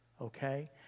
okay